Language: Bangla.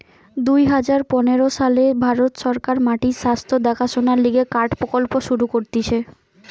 দুই হাজার পনের সালে ভারত সরকার মাটির স্বাস্থ্য দেখাশোনার লিগে কার্ড প্রকল্প শুরু করতিছে